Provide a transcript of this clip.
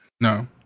No